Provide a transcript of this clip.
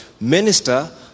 minister